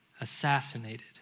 assassinated